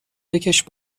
بکـش